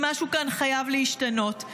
שמשהו כאן חייב להשתנות.